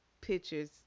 pictures